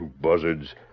Buzzards